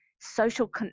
social